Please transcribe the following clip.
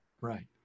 right